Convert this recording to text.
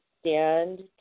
stand